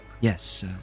yes